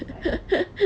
ya